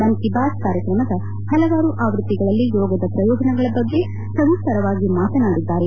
ಮನ್ ಕಿ ಬಾತ್ ಕಾಯಕ್ರಮದ ಹಲವಾರು ಆವೃತ್ತಿಗಳಲ್ಲಿ ಯೋಗದ ಪ್ರಯೋಜನಗಳ ಬಗ್ಗೆ ಸವಿಸ್ತಾರವಾಗಿ ಮಾತನಾಡಿದ್ದಾರೆ